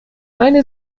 eine